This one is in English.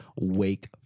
wake